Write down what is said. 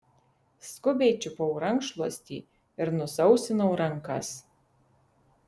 skubiai čiupau rankšluostį ir nusausinau rankas